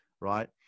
right